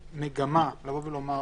כמגמה לבוא ולומר שמבחינתכם,